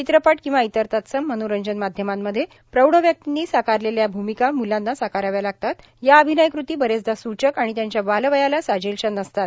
चित्रपट किंवा इतर तत्सम मनोरंजन माध्यमांमध्ये प्रौढ व्यक्तीनी साकारलेल्या भूमिका मुलं साकारतात या अभिनयक्रती बरेचदा स्रचक आणि त्यांच्या बालवयाला साजेलशा नसतात